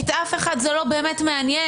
את אף אחד זה לא באמת מעניין.